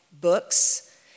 books